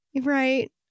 Right